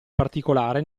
particolare